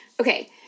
Okay